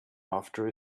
after